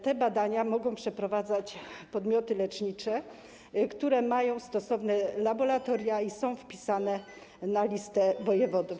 Te badania mogą przeprowadzać podmioty lecznicze, które mają stosowne laboratoria i są wpisane na listę wojewodów.